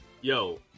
yo